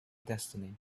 destiny